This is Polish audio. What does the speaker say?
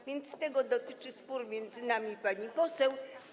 A więc tego dotyczy spór między nami, pani poseł.